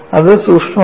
അത് സൂക്ഷ്മമാണ്